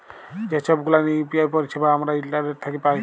যে ছব গুলান ইউ.পি.আই পারিছেবা আমরা ইন্টারলেট থ্যাকে পায়